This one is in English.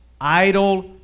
idle